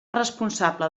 responsable